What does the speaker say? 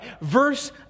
Verse